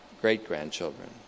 great-grandchildren